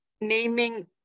naming